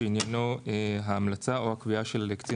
שעניינו ההמלצה או הקביעה של קצין